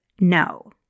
no